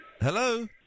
Hello